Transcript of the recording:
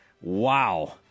Wow